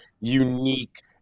unique